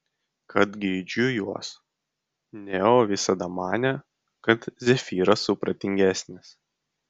kad geidžiu jos neo visada manė kad zefyras supratingesnis